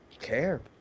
care